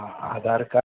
हा हज़ार खां